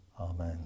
Amen